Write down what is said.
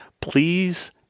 Please